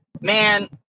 Man